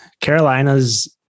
Carolina's